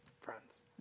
friends